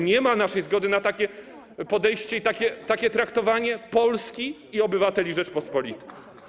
Nie ma naszej zgody na takie podejście i takie traktowanie Polski i obywateli Rzeczypospolitej.